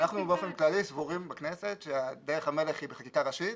אנחנו באופן כללי סבורים בכנסת שדרך המלך היא בחקיקה ראשית,